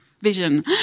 vision